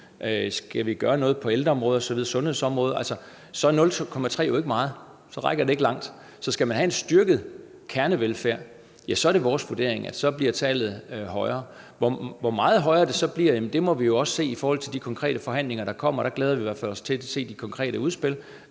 Skal vi gøre noget på ældreområdet, sundhedsområdet osv.? Og så er 0,3 pct. jo ikke meget; så rækker det ikke langt. Så skal man have en styrket kernevelfærd, er det vores vurdering, at tallet bliver højere. Hvor meget højere det så bliver, må vi jo også se på i forhold til de konkrete forhandlinger, der kommer. Vi glæder os i hvert fald til at se de konkrete udspil